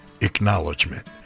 acknowledgement